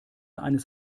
eines